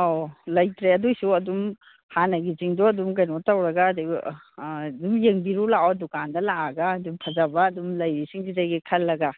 ꯑꯧ ꯂꯩꯇ꯭ꯔꯦ ꯑꯗꯨꯏꯁꯨ ꯑꯗꯨꯝ ꯍꯥꯟꯅꯒꯤꯁꯤꯡꯗꯣ ꯑꯗꯨꯝ ꯀꯩꯅꯣ ꯇꯧꯔꯒ ꯑꯗꯨꯝ ꯌꯦꯡꯕꯤꯔꯨ ꯂꯥꯛꯑꯣ ꯗꯨꯀꯥꯟꯗ ꯂꯥꯛꯑꯒ ꯑꯗꯨꯝ ꯐꯖꯕ ꯑꯗꯨꯝ ꯂꯩꯔꯤꯁꯤꯡꯁꯤꯗꯒꯤ ꯈꯜꯂꯒ